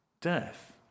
death